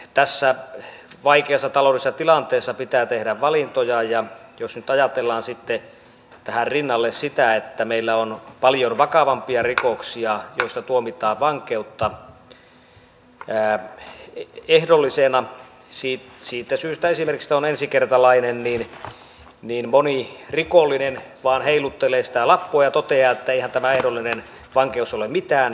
tässä vaikeassa taloudellisessa tilanteessa pitää tehdä valintoja ja jos nyt ajatellaan sitten tähän rinnalle sitä että meillä on paljon vakavampia rikoksia joista tuomitaan vankeutta ehdollisena siitä syystä esimerkiksi että on ensikertalainen niin moni rikollinen vain heiluttelee sitä lappua ja toteaa että eihän tämä ehdollinen vankeus ole mitään